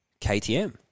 KTM